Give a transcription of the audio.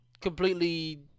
completely